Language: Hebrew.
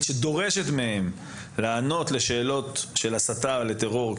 שדורשת מהם לענות לשאלות של הסתה לטרור?